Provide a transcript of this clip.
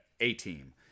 A-team